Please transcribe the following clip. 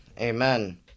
Amen